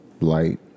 light